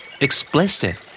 explicit